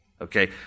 okay